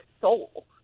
soul